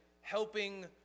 helping